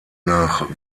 nach